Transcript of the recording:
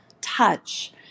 touch